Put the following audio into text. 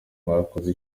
mwakoze